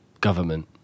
government